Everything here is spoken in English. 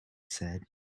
said